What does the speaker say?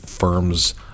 firms